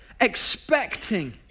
expecting